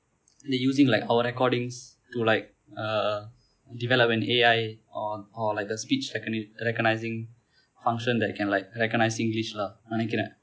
they using like our recordings to like uh develop an A_I on or like the speech reccogni~ recognising function that can like recognise singlish lah நினைக்கிறேன்:ninaikiren